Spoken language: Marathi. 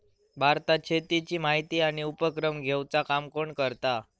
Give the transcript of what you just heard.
भारतात शेतीची माहिती आणि उपक्रम घेवचा काम कोण करता?